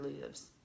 lives